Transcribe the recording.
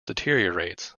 deteriorates